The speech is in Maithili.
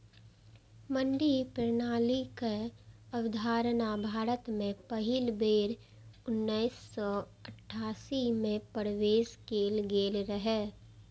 मंडी प्रणालीक अवधारणा भारत मे पहिल बेर उन्नैस सय अट्ठाइस मे पेश कैल गेल रहै